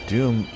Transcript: Doom